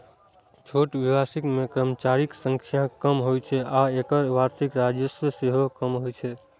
छोट व्यवसाय मे कर्मचारीक संख्या कम होइ छै आ एकर वार्षिक राजस्व सेहो कम होइ छै